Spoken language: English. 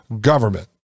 Government